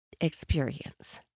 experience